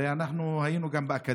הרי גם אנחנו היינו באקדמיה,